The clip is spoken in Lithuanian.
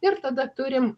ir tada turim